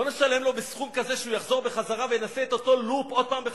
לא נשלם לו בסכום כזה שהוא יחזור בחזרה וינסה את אותו לופ בחזרה,